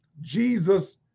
Jesus